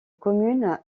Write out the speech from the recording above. communes